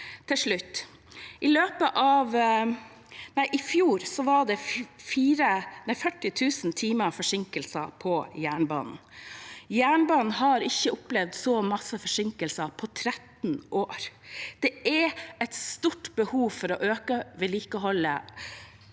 Til slutt: I fjor var det 40 000 timer med forsinkelse på jernbanen. Jernbanen har ikke opplevd så mye forsinkelser på 13 år. Det er et stort behov for å øke vedlikeholdet